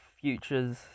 Future's